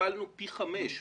הכפלנו פי חמש.